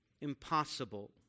impossible